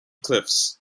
cliffs